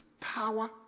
power